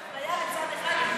יש ממש אפליה לצד אחד,